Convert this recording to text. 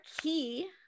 key